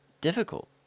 difficult